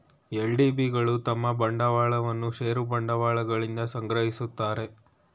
LDB ಗಳು ತಮ್ಮ ಬಂಡವಾಳವನ್ನು ಷೇರು ಬಂಡವಾಳಗಳಿಂದ ಸಂಗ್ರಹಿಸುತ್ತದೆ